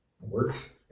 works